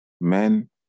men